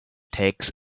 takes